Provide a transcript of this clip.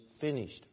finished